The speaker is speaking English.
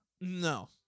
No